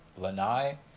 Lanai